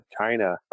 China